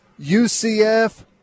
UCF